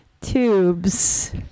Tubes